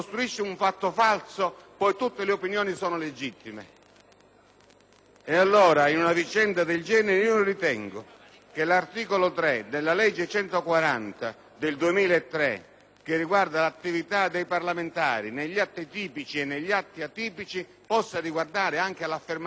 Allora, in una vicenda del genere, non ritengo che l'articolo 3 della legge n. 140 del 2003, che riguarda l'attività dei parlamentari negli atti tipici e negli atti atipici, possa riguardare anche l'affermazione di fatti specifici contro verità.